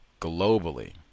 globally